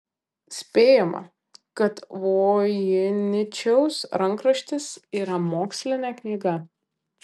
spėjama kad voiničiaus rankraštis yra mokslinė knyga